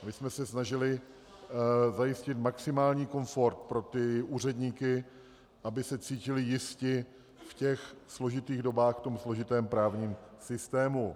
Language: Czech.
A my jsme se snažili zajistit maximální komfort pro ty úředníky, aby se cítili jisti v těch složitých dobách v tom složitém právním systému.